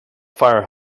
fire